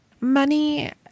Money